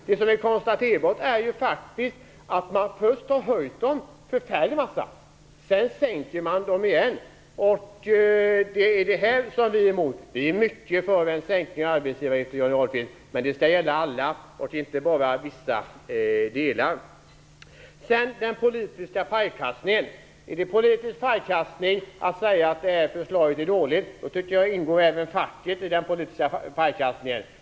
Det som är konstaterbart är faktiskt att man först har höjt dem förfärligt mycket, sedan sänker man dem igen. Det är det som vi är emot. Vi är mycket för en sänkning av arbetsgivaravgifter, Johnny Ahlqvist, men den skall gälla alla och inte bara vissa. Till den politiska pajkastningen. Är det politisk pajkastning att säga att det här förslaget är dåligt, då ingår även facket i den politiska pajkastningen.